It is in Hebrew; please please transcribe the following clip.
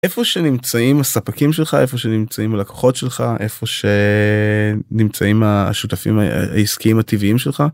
איפה שנמצאים הספקים שלך איפה שנמצאים הלקוחות שלך איפה שנמצאים השותפים העסקיים הטבעיים שלך.